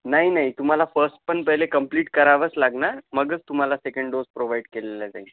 नाही नाही तुम्हाला फर्स्ट पण पहिले कम्प्लीट करावाच लागणार मगच तुम्हाला सेकंड डोस प्रोवाईड केलेल्या जाईल